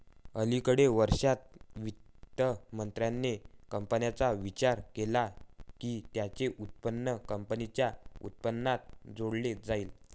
अलिकडे वर्षांत, वित्त मंत्रालयाने कंपन्यांचा विचार केला की त्यांचे उत्पन्न कंपनीच्या उत्पन्नात जोडले जाईल